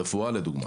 לדוגמה: